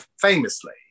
famously